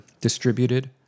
distributed